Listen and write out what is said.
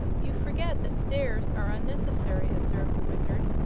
you forget that stairs are unnecessary, observed the wizard.